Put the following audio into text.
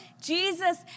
Jesus